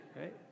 right